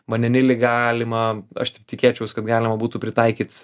vandenilį galima aš taip tikėčiaus kad galima būtų pritaikyt